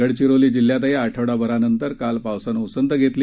गडचिरोली जिल्ह्यातही आठवडाभरानंतर काल पावसाने उसंत घेतली